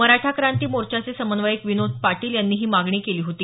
मराठा क्रांती मोर्चाचे समन्वयक विनोद पाटील यांनी ही मागणी केली होती